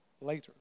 later